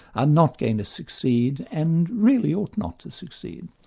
are not going to succeed and really ought not to succeed.